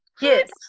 Yes